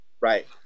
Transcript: Right